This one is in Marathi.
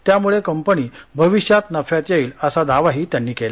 त्यामुळे कंपनी भविष्यात नफ्यात येईल असा दावाही त्यांनी केला